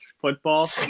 football